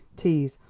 teas,